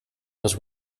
was